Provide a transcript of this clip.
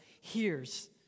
hears